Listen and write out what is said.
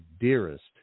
dearest